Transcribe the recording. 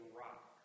rock